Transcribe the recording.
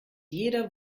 jeder